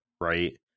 right